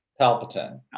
Palpatine